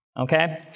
Okay